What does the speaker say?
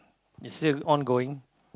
is still ongoing